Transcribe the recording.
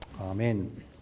amen